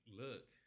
look